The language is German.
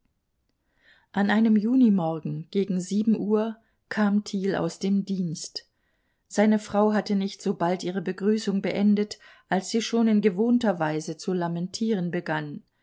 an einem junimorgen gegen sieben uhr kam thiel aus dem dienst seine frau hatte nicht so bald ihre begrüßung beendet als sie schon in gewohnter weise zu lamentieren begann